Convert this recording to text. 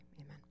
Amen